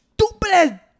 stupid